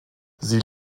sie